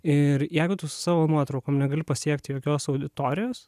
ir jeigu tu savo su nuotraukom negali pasiekti jokios auditorijos